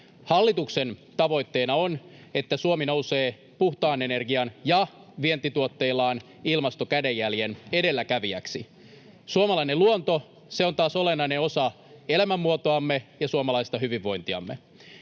Hallituksen tavoitteena on, että Suomi nousee puhtaan energian edelläkävijäksi ja vientituotteillaan ilmastokädenjäljen edelläkävijäksi. Suomalainen luonto, se taas on olennainen osa elämänmuotoamme ja suomalaista hyvinvointiamme.